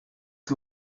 que